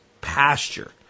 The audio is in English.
pasture